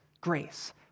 grace